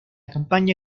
campaña